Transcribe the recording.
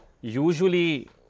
Usually